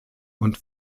und